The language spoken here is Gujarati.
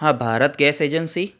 હા ભારત ગેસ એજન્સી